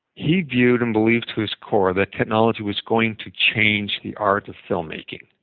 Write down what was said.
he viewed and believed to his core that technology was going to change the art of filmmaking.